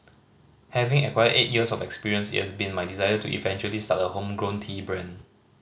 having acquired eight years of experience it has been my desire to eventually start a homegrown tea brand